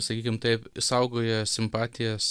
sakykim taip išsaugojo simpatijas